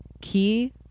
key